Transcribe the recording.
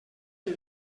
que